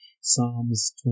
Psalms